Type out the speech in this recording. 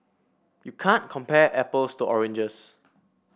you can't compare apples to oranges